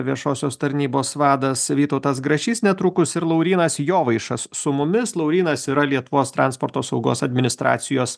viešosios tarnybos vadas vytautas grašys netrukus ir laurynas jovaišas su mumis laurynas yra lietuvos transporto saugos administracijos